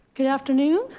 good afternoon.